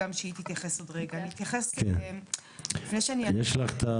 לנו עוד הטמנה בהיקפים כל כך גדולים כמו שיש היום